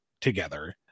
together